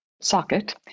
socket